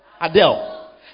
Adele